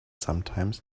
sometimes